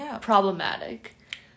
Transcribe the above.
problematic